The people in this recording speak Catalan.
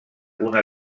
una